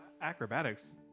Acrobatics